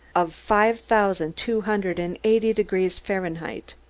of five thousand two hundred and eighty degrees fahrenheit.